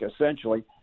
essentially